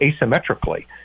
asymmetrically